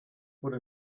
wurde